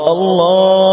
Allah